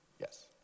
Yes